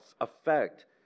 effect